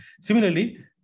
Similarly